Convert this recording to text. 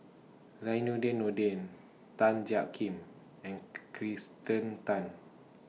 Zainudin Nordin Tan Jiak Kim and Kirsten Tan